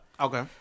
Okay